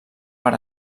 per